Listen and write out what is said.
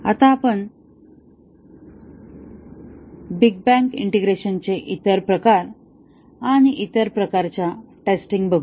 आता आपण big bang ईंटेग्रेशनचे इतर प्रकार आणि इतर प्रकारच्या चाचण्या बघूया